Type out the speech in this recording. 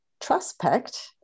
trustpect